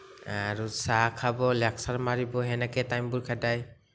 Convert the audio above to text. আৰু চাহ খাব লেকচাৰ মাৰিব সেনেকেই টাইমবোৰ খেদায়